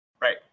Right